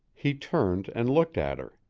he turned and looked at her.